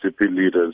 leaders